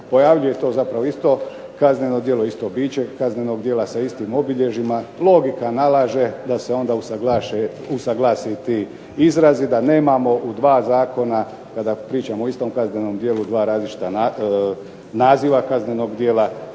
pojavljuje to isto kazneno djelo, isto biće kaznenog djela, sa istim obilježjima. Logika nalaže da se onda usuglase ti izrazi da nemamo u dva zakona kada pričamo o istom kaznenom djelu dva različita naziva kaznenog djela.